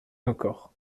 encore